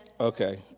Okay